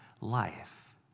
life